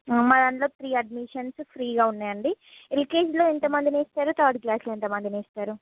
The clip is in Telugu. మా దానిలో త్రీ అడ్మిషన్స్ ఫ్రీగా ఉన్నాయండి ఎల్కేజీలో ఎంతమందిని వేస్తారు థర్డ్ క్లాస్లో ఎంత మందిని వేస్తారు